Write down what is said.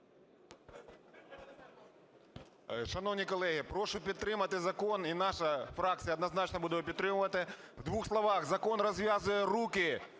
Шановні колеги, прошу підтримати закон. І наша фракція однозначно буде його підтримувати. В двох словах, закон розв'язує руки